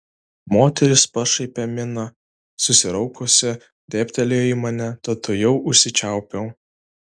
moteris pašaipia mina susiraukusi dėbtelėjo į mane tad tuojau užsičiaupiau